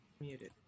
Muted